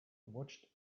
watched